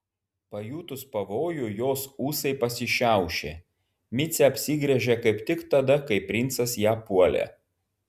pajutus pavojų jos ūsai pasišiaušė micė apsigręžė kaip tik tada kai princas ją puolė